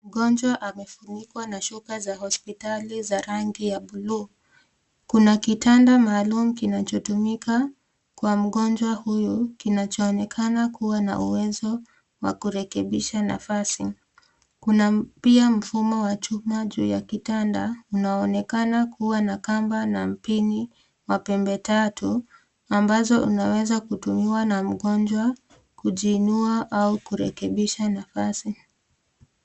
Mgonjwa amefunikwa na shuka za hospitali za rangi ya buluu. Kuna kitanda maalum kinachotumika kwa mgonjwa huyukinachoonekana kuwa na uwezo wa kurekebisha nafasi. Kuna pia mfumo wa chuma juu ya kitanda unaoonekana kuwa na kamba na mpini wa pembe tatu ambazo zinaweza kutumiwa na mgonjwa kujiinua au kurekebisha nafasi.